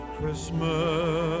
Christmas